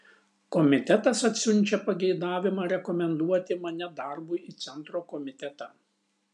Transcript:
komitetas atsiunčia pageidavimą rekomenduoti mane darbui į centro komitetą